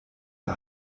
der